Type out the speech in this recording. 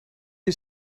you